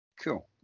cool